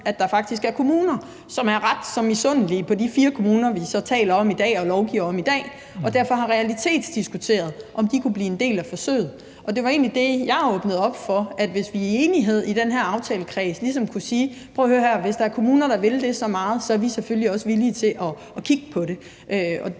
at der faktisk er kommuner, som er ret så misundelige på de fire kommuner, vi taler om og lovgiver om i dag, og som derfor har realitetsdiskuteret, om de kunne blive en del af forsøget. Det var egentlig det, jeg åbnede op for: at hvis vi i enighed i den her aftalekreds ligesom kunne sige, at hvis der er kommuner, der vil det så meget, så er vi selvfølgelig også villige til at kigge på det.